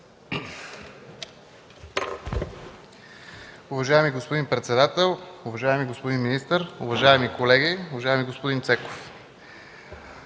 Уважаема госпожо председател, уважаеми господа министри, уважаеми колеги! Уважаеми господин